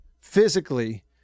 physically